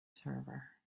server